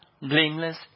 blameless